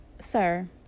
sir